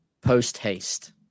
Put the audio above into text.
post-haste